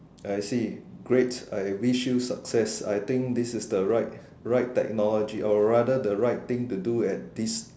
actually great I wish you success I think this is the right right technology or rather the right thing to do at this